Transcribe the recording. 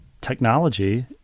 technology